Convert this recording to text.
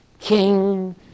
King